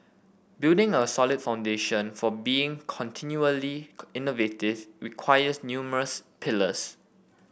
building a solid foundation for being continually innovative requires numerous pillars